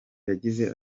yagize